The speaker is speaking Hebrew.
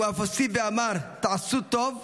הוא אף הוסיף ואמר: תעשו טוב,